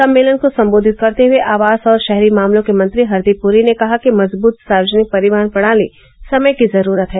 सम्मेलन को सम्बोधित करते हथे आवास और शहरी मामलों के मंत्री हरदीप पुरी ने कहा कि मजबूत सार्वजनिक परिवहन प्रणाली समय की जरूरत है